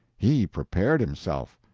he prepared himself.